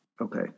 Okay